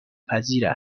پذیر